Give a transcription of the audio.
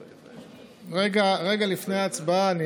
רגע, לפני ההצבעה אני